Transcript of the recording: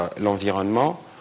l'environnement